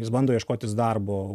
jis bando ieškotis darbo